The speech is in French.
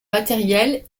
matériel